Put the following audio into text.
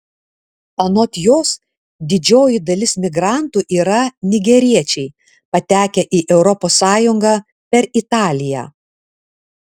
anot jos didžioji dalis migrantų yra nigeriečiai patekę į europos sąjungą per italiją